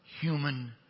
human